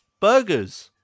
burgers